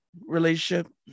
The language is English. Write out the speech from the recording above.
relationship